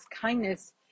kindness